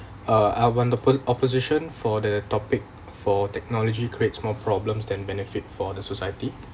uh album the appo~ opposition for the topic for technology creates more problems than benefit for the society